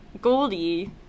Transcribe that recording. Goldie